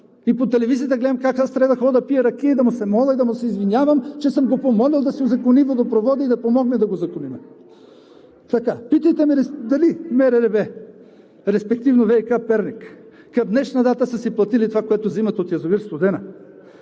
И по телевизията гледам как аз трябва да ходя да пия ракия и да му се моля, и да му се извинявам, че съм го помолил да си узакони водопровода и да помогне да го узаконим. Така. Питайте ме дали МРРБ, респективно ВиК – Перник, към днешна дата са си платили това, което взимат от язовир „Студена“,